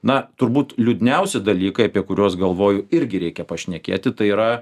na turbūt liūdniausi dalykai apie kuriuos galvoju irgi reikia pašnekėti tai yra